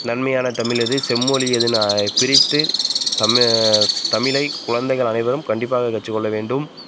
நன்மையான தமிழ் எது செம்மொழி எதனா பிரித்து தமி தமிழை குழந்தைகள் அனைவரும் கண்டிப்பாக கற்றுக்கொள்ள வேண்டும்